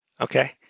Okay